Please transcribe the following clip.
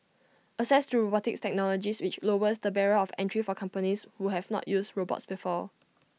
assess to robotics technologies which lowers the barrier of entry for companies who have not used robots before